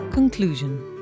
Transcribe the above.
Conclusion